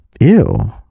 ew